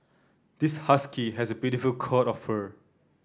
this husky has a beautiful coat of fur